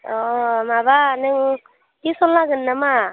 अ माबा नों टिउसन लागोन नामा